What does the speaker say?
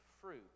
fruit